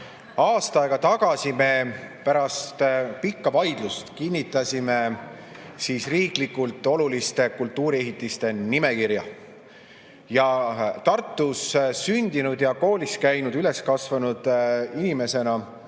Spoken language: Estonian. Aasta aega tagasi me pärast pikka vaidlust kinnitasime riiklikult oluliste kultuuriehitiste nimekirja. Tartus sündinud, koolis käinud ja üles kasvanud inimesena